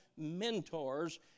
mentors